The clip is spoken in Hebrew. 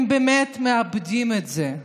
הם באמת מאבדים את זה.